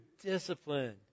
discipline